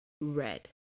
red